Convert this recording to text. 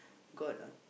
God ah